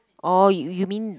oh you you mean